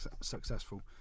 successful